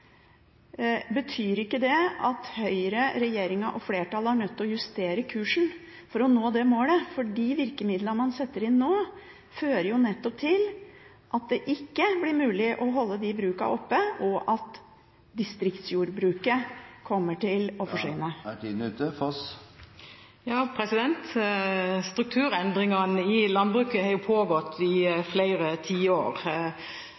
Betyr det at Høyre, regjeringen og flertallet er nødt til å justere kursen for å nå det målet? De virkemidlene man setter inn nå, fører jo nettopp til at det ikke blir mulig å holde de brukene oppe, og at distriktsjordbruket kommer til å forsvinne. Strukturendringene i landbruket har pågått i flere